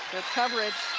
coverage